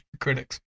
critics